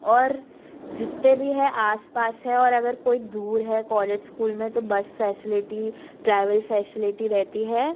और जितने भी है आस पास है और अगर कोई दूर है कॉलेज स्कूल में तो बस फैसेलिटी ट्रैवल फैसेलिटी रहती है